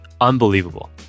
unbelievable